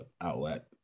outlet